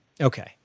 okay